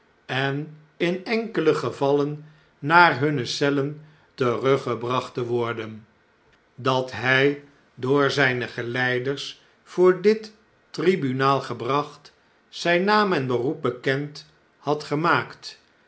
en in enkele gevallen naar hunne cellen teruggebracht te worden dat hjj door zjjne geleiders voor dittribunaal gebracht zyn naam en beroep bekend had gemaakt